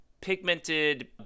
pigmented